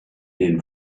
den